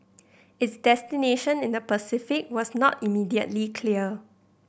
its destination in the Pacific was not immediately clear